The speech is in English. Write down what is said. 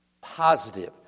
positive